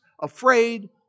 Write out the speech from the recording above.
afraid